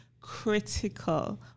critical